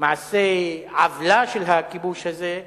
מעשה עוולה של הכיבוש הזה,